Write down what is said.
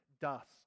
dust